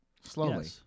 Slowly